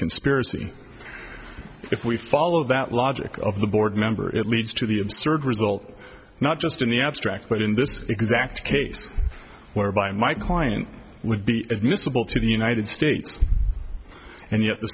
can spirity if we follow that logic of the board member it leads to the absurd result not just in the abstract but in this exact case whereby my client would be admissible to the united states and y